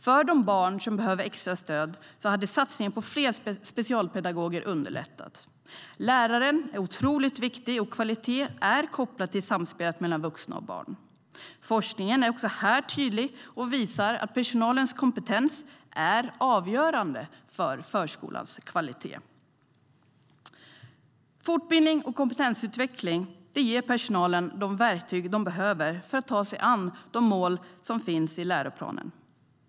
För de barn som behöver extra stöd hade satsningen på fler specialpedagoger underlättat. Läraren är otroligt viktig, och kvalitet är kopplat till samspelet mellan vuxna och barn. Forskningen är här också tydlig och visar att personalens kompetens är avgörande för förskolans kvalitet. Fortbildning och kompetensutveckling ger personalen de verktyg den behöver för att ta sig an de mål som finns i läroplanen.